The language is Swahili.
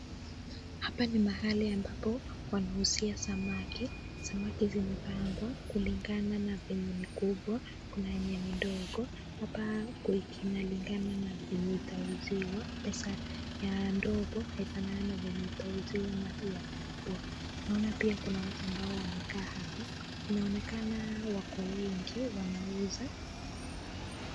Hapa ni mahali ambapo wanauzia samaki. Samaki zimepangwa kulingana na ukubwa na ndogo. Pesa ya kuuza ndogo haiendani na ya kubwa. Naona pia kuna watu ambao wamekaa hapa na inaonekana ni wauzaji.